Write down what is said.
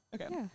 Okay